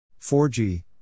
4G